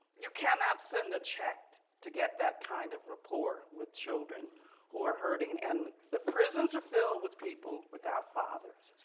you cannot send a check to get that kind of rapport with children who are hurting. and the prisons are filled with people without fathers.